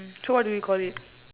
so what do we call it